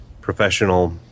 professional